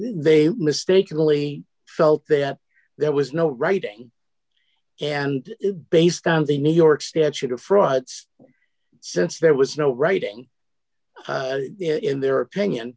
they mistakenly felt that there was no writing and based on the new york statute of frauds since there was no writing in their opinion